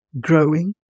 growing